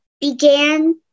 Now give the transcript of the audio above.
began